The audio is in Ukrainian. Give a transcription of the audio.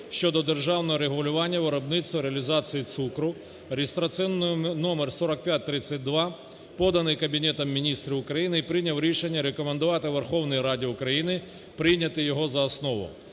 щодо державного регулювання виробництва, реалізації цукру (реєстраційний номер 4532), поданий Кабінету Міністрів України. І прийняв рішення рекомендувати Верховній Раді України прийняти його за основу.